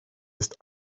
ist